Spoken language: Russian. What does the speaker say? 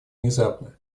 внезапно